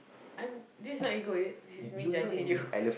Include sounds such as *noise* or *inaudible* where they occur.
I'm~ this is not ego th~ this is me judging *breath* you